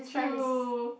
true